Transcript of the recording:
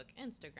Instagram